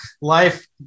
life